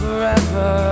forever